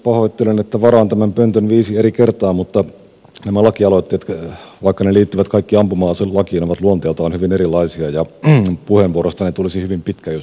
pahoittelen että varaan tämän pöntön viisi eri kertaa mutta nämä laki aloitteet vaikka ne liittyvät kaikki ampuma aselakiin ovat luonteeltaan hyvin erilaisia ja puheenvuorostani tulisi hyvin pitkä jos yhdistäisin ne yhdeksi